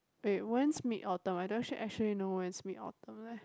wait when's Mid Autumn I don't sh~ actually know when is Mid Autumn leh